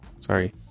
Sorry